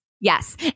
Yes